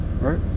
Right